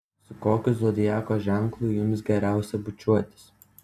su kokiu zodiako ženklu jums geriausia bučiuotis